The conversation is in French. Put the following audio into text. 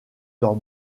dans